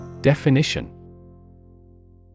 Definition